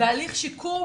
והליך שיקום